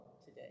today